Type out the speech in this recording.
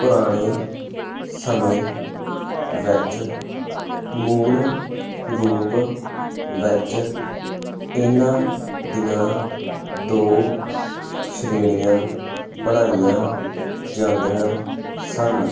ਪੁਰਾਣੇ ਸਮੇਂ ਵਿੱਚ ਮੂਲ ਰੂਪ ਵਿੱਚ ਇਹਨਾਂ ਦੀਆਂ ਦੋ ਸ਼੍ਰੇਣੀਆਂ ਬਣਾਈਆਂ ਜਾਂਦੀਆਂ ਸਨ